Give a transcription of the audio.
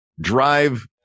drive